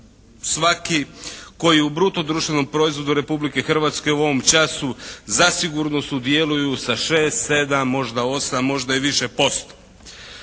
Svaki koji u bruto društvenom proizvodu Republike Hrvatske u ovom času zasigurno sudjeluju sa 6, 7, možda 8, možda i više posto.